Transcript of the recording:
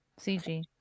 cg